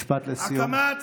משפט לסיום.